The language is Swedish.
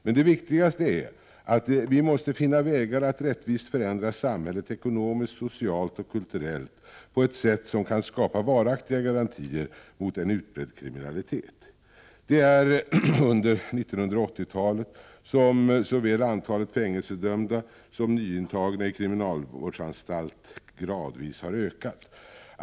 Men det viktigaste är att vi måste finna vägar att rättvist förändra samhället ekonomiskt, socialt och kulturellt på ett sätt som kan skapa varaktiga garantier mot en utbredd kriminalitet. Det är under 1980-talet som såväl antalet fängelsedömda som nyintagna i kriminalvårdsanstalt gradvis har ökat.